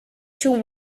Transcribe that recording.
should